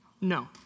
No